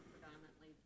predominantly